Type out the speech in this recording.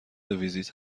ویزیت